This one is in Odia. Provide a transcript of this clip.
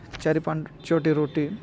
ଚାରି ପାଞ୍ଚଟି ରୋଟି